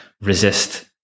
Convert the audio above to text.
resist